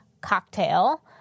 cocktail